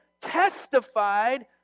testified